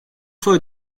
fois